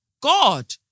God